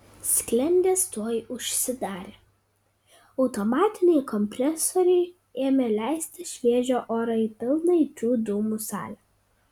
sklendės tuoj užsidarė automatiniai kompresoriai ėmė leisti šviežią orą į pilną aitrių dūmų salę